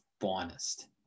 finest